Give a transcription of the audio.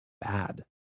bad